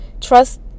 Trust